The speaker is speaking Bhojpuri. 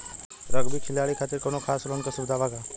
रग्बी खिलाड़ी खातिर कौनो खास लोन सुविधा बा का?